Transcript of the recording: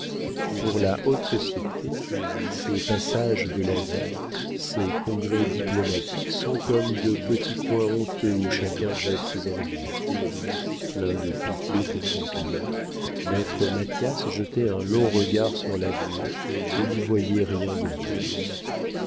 pour la haute société ces passages de la vie ces congrès diplomatiques sont comme de petits coins honteux où chacun jette ses ordures plein de pitié pour son client maître mathias jetait un long regard sur l'avenir et n'y voyait rien de bon